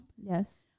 Yes